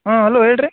ಹಾಂ ಹಲೋ ಹೇಳಿ ರೀ